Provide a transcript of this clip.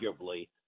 arguably